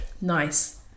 Nice